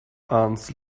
ants